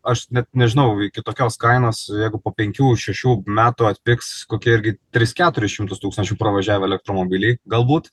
aš net nežinau kitokios kainos jeigu po penkių šešių metų atpigs kokie irgi tris keturis šimtus tūkstančių pravažiavę elektromobiliai galbūt